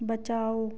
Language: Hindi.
बचाओ